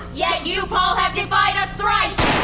yet you paul have defied us thrice!